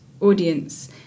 audience